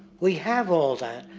we have all that,